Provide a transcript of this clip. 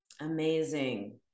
Amazing